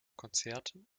konzerten